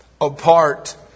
apart